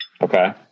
Okay